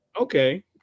Okay